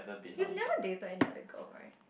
you've never dated any other girl right